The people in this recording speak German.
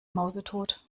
mausetot